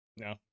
No